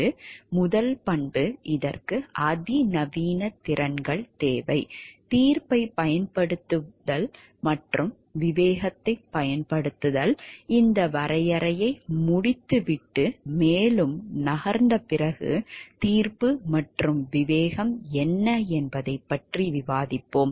எனவே முதல் பண்பு இதற்கு அதிநவீன திறன்கள் தேவை தீர்ப்பைப் பயன்படுத்துதல் மற்றும் விவேகத்தைப் பயன்படுத்துதல் இந்த வரையறையை முடித்துவிட்டு மேலும் நகர்ந்த பிறகு தீர்ப்பு மற்றும் விவேகம் என்ன என்பதைப் பற்றி விவாதிப்போம்